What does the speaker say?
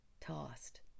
tossed